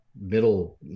middle